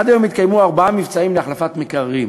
עד היום התקיימו ארבעה מבצעים להחלפת מקררים,